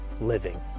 living